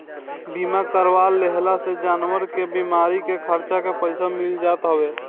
बीमा करवा लेहला से जानवर के बीमारी के खर्चा के पईसा मिल जात हवे